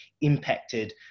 impacted